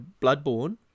Bloodborne